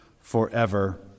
forever